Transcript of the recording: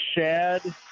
shad